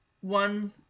One